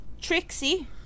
Trixie